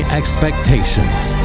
expectations